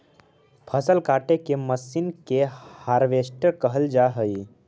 फसल काटे के मशीन के हार्वेस्टर कहल जा हई